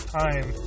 time